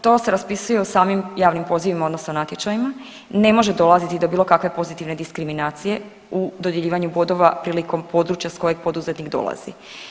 Što se, to se raspisuje u samim javnim pozivima odnosno natječajima, ne može dolaziti do bilo kakve pozitivne diskriminacije u dodjeljivanju bodova prilikom područja s kojeg poduzetnik dolazi.